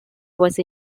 was